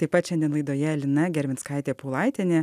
taip pat šiandien laidoje lina gervinskaitė paulaitienė